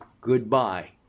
goodbye